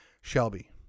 Shelby